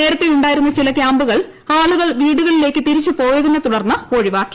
നേരത്തേയുണ്ടായിരുന്ന ചില ക്യാമ്പുകൾ ആളുകൾ വീടുകളിലേക്ക് തിരിച്ചുപോയതിനെ തുടർന്ന് ഒഴിവാക്കി